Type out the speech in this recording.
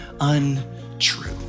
untrue